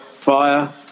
fire